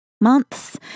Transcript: months